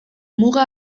muga